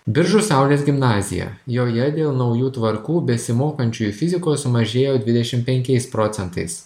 biržų saulės gimnazija joje dėl naujų tvarkų besimokančiųjų fizikos sumažėjo dvidešim penkiais procentais